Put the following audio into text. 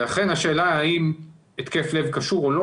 אכן השאלה האם התקף לב קשור או לא,